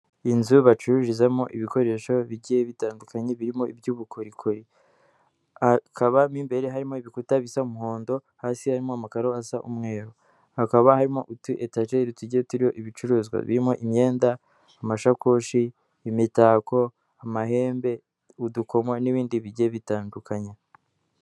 Inzu bacururizamo ibikoresho bigiye bitandukanye birimo iby'ubukorikori, akaba mo imbere harimo ibikuta bisa umuhondo, hasi harimo amakaro asa umweru, hakaba harimo utu etajeri tugiye turiho ibicuruzwa birimo imyenda, amashakoshi, imitako, amahembe, udukomo n'ibindi bigiye bitandukanye.